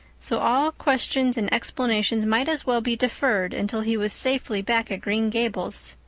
so all questions and explanations might as well be deferred until he was safely back at green gables.